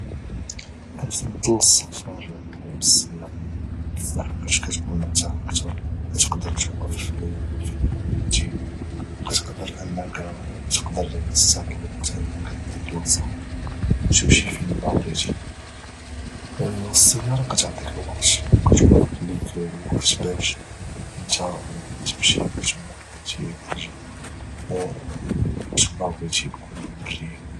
كنفضل السفر بالسياره لحقاش كاتكون مرتاح اكثر وكاتقدر توقف فين ما بغيتي وكاتقدر تستغل الوقت انك ديبلاصه وتمشي فين ما بغيتي والسيارة كتعطيك الوقت وكتوفر لك الوقت باش نتا تمشي وقتما بغيتي وترجع وقتما بغيتي بكل حرية